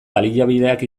baliabideak